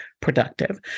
productive